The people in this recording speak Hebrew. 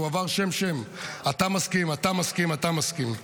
הוא עבר שם-שם: אתה מסכים, אתה מסכים, אתה מסכים.